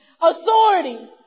authority